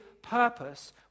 Purpose